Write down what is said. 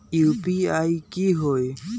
UPI की होई?